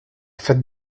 fête